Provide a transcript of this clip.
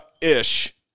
ish